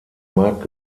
markt